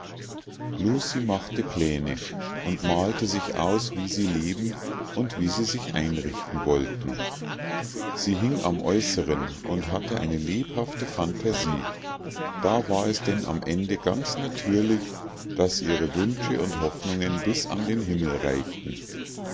lucie machte pläne und malte sich aus wie sie leben und wie sie sich einrichten wollten sie hing am aeußeren und hatte eine lebhafte phantasie da war es denn am ende ganz natürlich daß ihre wünsche und hoffnungen bis an den himmel reichten